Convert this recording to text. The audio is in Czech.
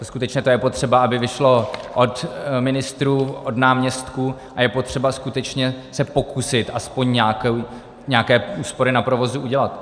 Skutečně to je potřeba, aby vyšlo od ministrů, od náměstků, a je potřeba skutečně se pokusit aspoň nějaké úspory na provozu udělat.